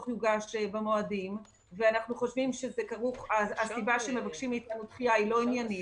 יוגש במועדים ואנחנו שהסיבה שמבקשים מאתנו דחייה היא לא עניינית,